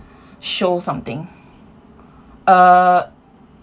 show something uh